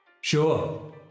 Sure